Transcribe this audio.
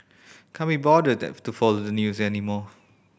can't be bothered to follow the new anymore